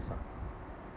~S ah